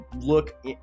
look